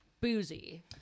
boozy